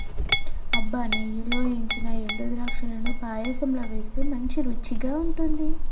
అబ్బ నెయ్యిలో ఏయించిన ఎండు ద్రాక్షలను పాయసంలో వేస్తే మంచి రుచిగా ఉంటుంది